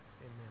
Amen